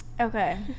okay